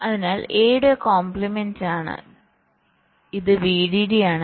അതിനാൽ എയുടെ കോംപ്ലിമെന്റ് ആണ് ഇത് VDD ആണ്